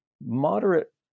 moderate